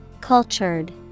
Cultured